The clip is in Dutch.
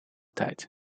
tijd